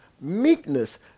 meekness